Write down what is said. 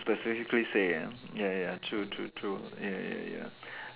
specifically say ya ya ya true true true ya ya ya